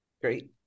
Great